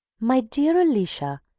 my dear alicia,